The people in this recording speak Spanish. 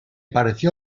pareció